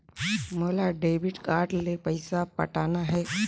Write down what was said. मोला debit card ले पइसा पटाना हे?